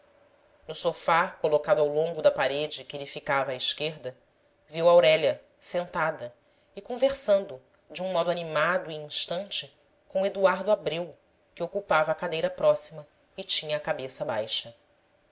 estupefato no sofá colocado ao longo da parede que lhe ficava à esquerda viu aurélia sentada e conversando de um modo animado e instante com eduardo abreu que ocupava a cadeira próxima e tinha a cabeça baixa